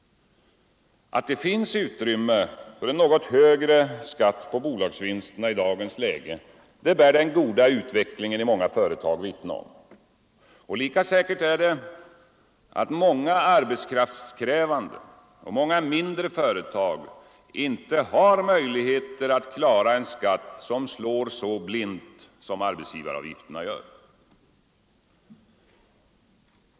Att det finns utrymme för en något högre skatt på bolagsvinsterna i dagens läge bär den goda utvecklingen i många företag vittne om. Lika säkert är det, att många arbetskraftskrävande och många mindre företag inte har möjligheter att klara en skatt som slår så blint som arbetsgivaravgifterna gör.